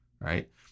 right